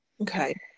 okay